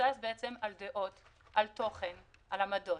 שמבוסס על דעות, על תוכן, על עמדות.